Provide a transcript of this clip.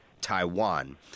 Taiwan